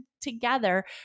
together